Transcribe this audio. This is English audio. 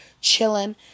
chilling